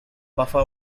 buffer